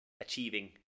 achieving